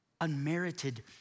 Unmerited